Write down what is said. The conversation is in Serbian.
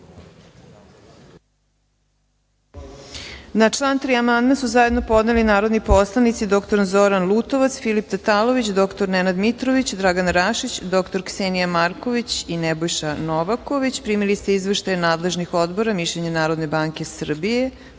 Na član 3. amandman su zajedno podneli narodni poslanici dr Zoran Lutovac, Filip Tatalović, dr Nenad Mitrović, Dragana Rašić, dr Ksenija Marković i Nebojša Novaković. Primili ste izveštaje nadležnih odbora, mišljenje Narodne banke Srbije